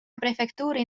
prefektuuri